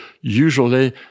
usually